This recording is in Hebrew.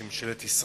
של ממשלת ישראל.